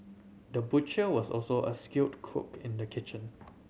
the butcher was also a skilled cook in the kitchen